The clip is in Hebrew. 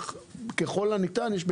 אבל ככל הניתן יש,